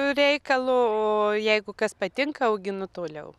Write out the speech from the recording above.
reikalo o jeigu kas patinka auginu toliau